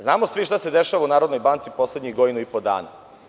Znamo svi šta se dešava u Narodnoj banci poslednjih godinu i po dana.